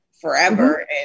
forever